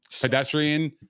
pedestrian